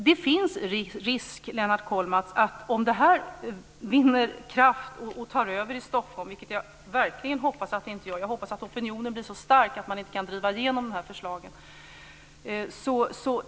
Det finns en risk, Lennart Kollmats, för att om det här tar över i Stockholm kommer det att smitta av sig ute i landet. Jag hoppas verkligen att det inte gör det utan att opinionen mot blir så stark att man inte kan driva igenom förslagen.